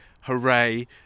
Hooray